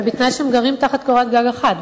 אבל בתנאי שהם גרים תחת קורת גג אחת.